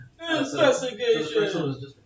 Investigation